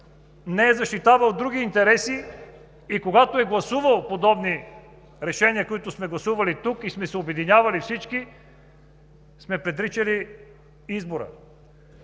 не е защитавал други интереси и когато е гласувал подобри решения, които сме гласували тук и сме се обединявали всички, сме предричали избора?